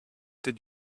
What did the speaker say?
did